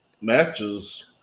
matches